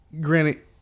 granted